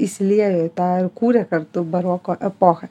įsiliejo į tą ir kūrė kartu baroko epochą